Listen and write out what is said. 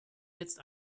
jetzt